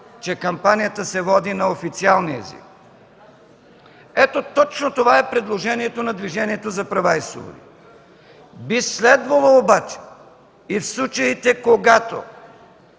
че кампанията се води на официалния език. Ето точно това е предложението на Движението за права и свободи. Би следвало обаче и в случаите, когато